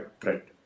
threat